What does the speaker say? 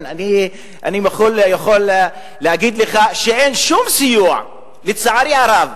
אני יכול להגיד לך שאין שום סיוע, לצערי הרב.